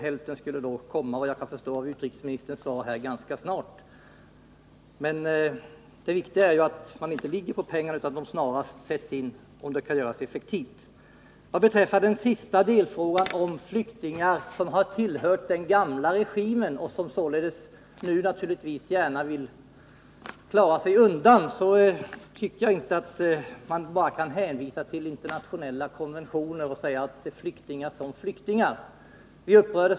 Hälften skulle alltså följa senare, och av vad utrikesministern sade förstår jag att det kommer att ske ganska snart. Det är emellertid viktigt att man, om det skall bli effektivt, inte ligger på pengarna. Beträffande den sista delfrågan, som gällde flyktingar som har tillhört den gamla regimen och som nu givetvis vill klara sig undan, tycker jag att man inte bara kan hänvisa till internationella konventioner och tala om flyktingar som flyktingar.